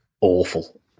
awful